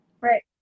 Right